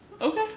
Okay